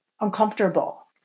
uncomfortable